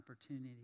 opportunity